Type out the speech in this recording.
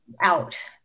out